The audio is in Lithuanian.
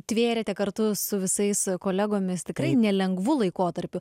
tvėrėte kartu su visais kolegomis tikrai nelengvu laikotarpiu